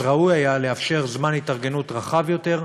אז ראוי היה לאפשר זמן התארגנות ארוך יותר,